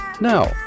Now